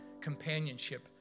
companionship